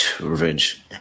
revenge